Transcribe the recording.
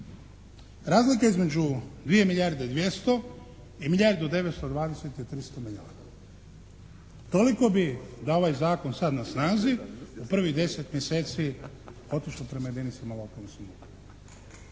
Razlika između 2 milijarde i 200 i milijardu 920 je 300 milijuna. Toliko bi, da je ovaj zakon sad na snazi prvih 10 mjeseci otišlo prema jedinicama lokalne